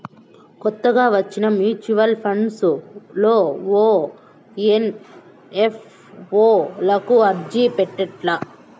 కొత్తగా వచ్చిన mutual funds లో ఓ ఎన్.ఎఫ్.ఓ లకు అర్జీ పెట్టల్ల